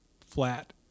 flat